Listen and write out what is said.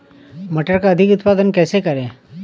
मटर का अधिक उत्पादन कैसे करें?